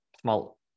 small